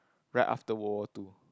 right after World War Two